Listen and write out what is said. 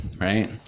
right